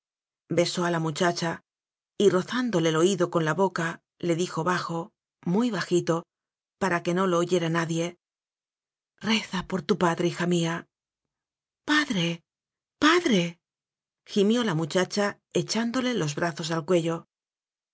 besó a la muchacha y rozándole el i oído con laboca le dijo bajo muy bajito para que no lo oyera nadie reza por tu padre hija míal padre padre gimió la muchacha echándole los brazos al cuello